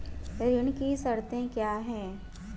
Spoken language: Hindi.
ऋण की शर्तें क्या हैं?